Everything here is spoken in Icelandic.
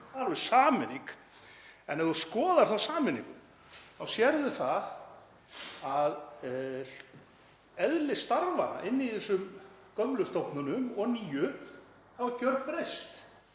Það er alveg sameining en ef þú skoðar þá sameiningu þá sérðu það að eðli starfanna inni í þessum gömlu stofnunum og nýju hefur gjörbreyst.